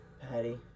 Patty